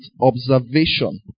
observation